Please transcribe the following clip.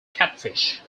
catfish